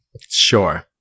Sure